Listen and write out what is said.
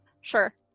sure